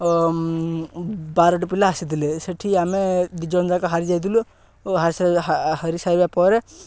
ବାରଟି ପିଲା ଆସିଥିଲେ ସେଠି ଆମେ ଦୁଇ ଜଣ ଯାକ ହାରି ଯାଇଥିଲୁ ଓ ହାରି ସାରିବା ପରେ